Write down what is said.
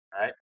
right